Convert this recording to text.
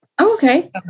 Okay